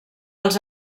als